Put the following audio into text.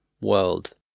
world